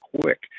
quick